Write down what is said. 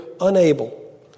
unable